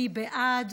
מי בעד?